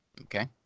Okay